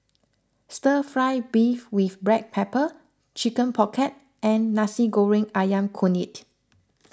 Stir Fry Beef with Black Pepper Chicken Pocket and Nasi Goreng Ayam Kunyit